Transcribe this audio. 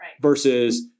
Versus